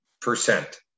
percent